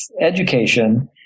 education